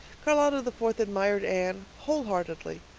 charlotta the fourth admired anne wholeheartedly.